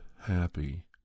happy